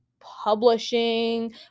publishing